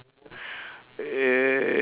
uh